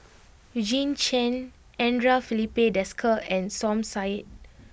Eugene Chen Andre Filipe Desker and Som Said